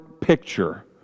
picture